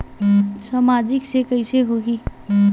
सामाजिक से कइसे होही?